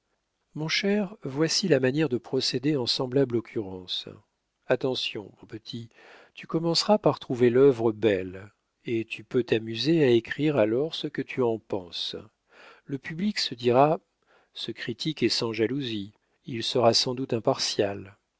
mon cher voici la manière de procéder en semblable occurrence attention mon petit tu commenceras par trouver l'œuvre belle et tu peux t'amuser à écrire alors ce que tu en penses le public se dira ce critique est sans jalousie il sera sans doute impartial